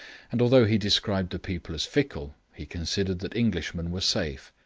and although he described the people as fickle, he considered that englishmen were safe.